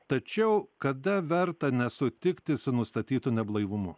tačiau kada verta nesutikti su nustatytu neblaivumu